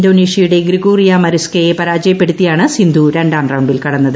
ഇന്തോനേഷ്യയുടെ Gregoria മരിസ്ക്കയെ പരാജയപ്പെടുത്തിയാണ് സിന്ധു രണ്ടാം റൌണ്ടിൽ കടന്നത്